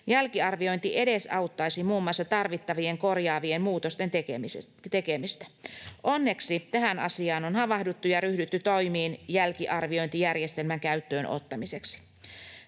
Jälkiarviointi edesauttaisi muun muassa tarvittavien korjaavien muutosten tekemistä. Onneksi tähän asiaan on havahduttu ja ryhdytty toimiin jälkiarviointijärjestelmän käyttöönottamiseksi.